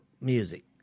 music